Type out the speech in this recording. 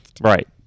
Right